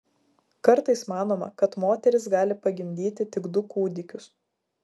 kartais manoma kad moteris gali pagimdyti tik du kūdikius